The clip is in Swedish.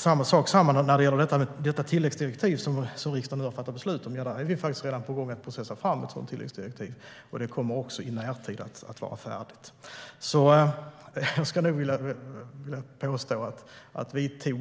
Samma sak gäller tilläggsdirektivet, som riksdagen har fattat beslut om. Vi är faktiskt redan på gång att processa fram ett tilläggsdirektiv. Det kommer att vara färdigt i närtid. Jag skulle vilja påstå att vi från